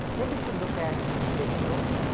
then we should look at the genome,